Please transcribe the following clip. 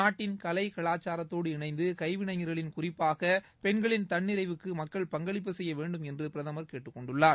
நாட்டின் கலை கலாச்சாரத்தோடு இணைந்து கைவினைஞர்களின் குறிப்பாக பெண்களின் தன்னிறைவுக்கு மக்கள் பங்களிப்பு செய்ய வேண்டும் என்று பிரதமர் கேட்டுக் கொண்டுள்ளார்